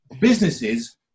businesses